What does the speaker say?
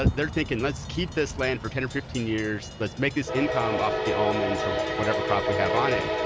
but they're thinking, let's keep this land for ten or fifteen years, let's make this income off of the almonds or whatever crop we have on it,